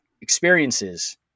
experiences